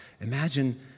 Imagine